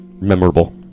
Memorable